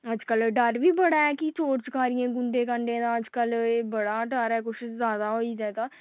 अजकल डर बी बड़ा ऐ कि चोर चकारिये गुंडे गंडें दा अजकल एह् बड़ा डर ऐ कुछ जैदा होई गेदा